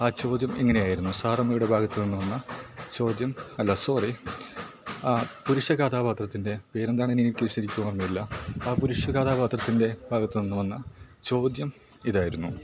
ആ ചോദ്യം ഇങ്ങനെയായിരുന്നു സാറമ്മയുടെ ഭാഗത്ത് നിന്ന് വന്ന ചോദ്യം അല്ല സോറി ആ പുരുഷ കഥാപാത്രത്തിൻ്റെ പേരെന്താണെന്നെനിക്ക് ശരിക്ക് ഓർമ്മയില്ല ആ പുരുഷ കഥാപാത്രത്തിൻ്റെ ഭാഗത്ത് നിന്ന് വന്ന ചോദ്യം ഇതായിരുന്നു